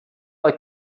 like